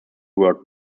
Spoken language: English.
were